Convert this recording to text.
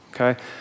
okay